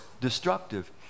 destructive